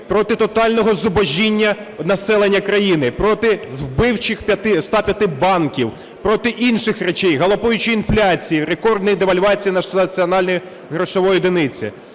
проти тотального зубожіння населення країни, проти вбивчих 105 банків, проти інших речей, галопуючої інфляції, рекордної девальвації національної грошової одиниці.